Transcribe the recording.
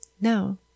No